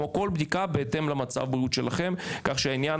כל בדיקה בהתאם למצב הבריאותי שלכם כך שעניין